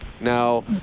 Now